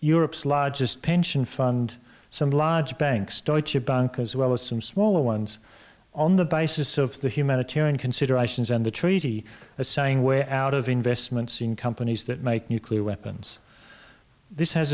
europe's largest pension fund some large banks deutsche bank as well as some smaller ones on the basis of the humanitarian considerations and the treaty assange way out of investments in companies that make nuclear weapons this has